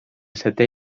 setè